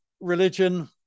religion